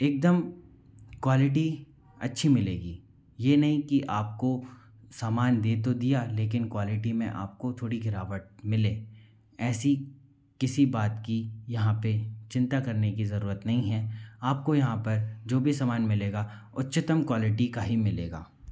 एकदम क्वालिटी अच्छी मिलेगी ये नहीं कि आपको सामान दे तो दिया लेकिन क्वालिटी में आपको थोड़ी गिरावट मिले ऐसी किसी बात की यहाँ पे चिंता करने की ज़रूरत नहीं है आपके यहाँ पर जो भी सामान मिलेगा उच्चतम क्वालिटी का ही मिलेगा